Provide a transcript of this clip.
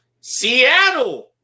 Seattle